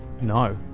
No